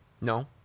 No